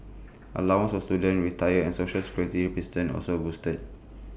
allowances for students retirees and Social Security also boosted